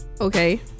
Okay